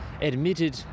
admitted